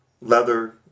leather